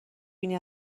بینی